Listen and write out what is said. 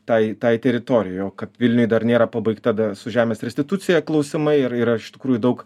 tai tai teritorijai o kad vilniuj dar nėra pabaigta su žemės restitucija klausimai ir yra iš tikrųjų daug